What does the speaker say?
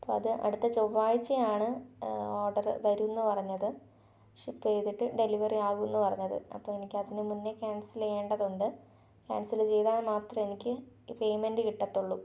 അപ്പോൾ അത് അടുത്ത ചൊവ്വാഴ്ചയാണ് ഓഡർ വരുമെന്നു പറഞ്ഞത് ഷിപ്പ് ചെയ്തിട്ട് ഡെലിവറി ആകുമെന്നു പറഞ്ഞത് അപ്പോൾ എനിക്ക് അതിനു മുന്നെ കേൻസൽ ചെയ്യേണ്ടത് ഉണ്ട് ക്യേൻസൽ ചെയ്ത മാത്രമേ എനിക്ക് പേയ്മെൻറ് കിട്ടത്തുള്ളൂ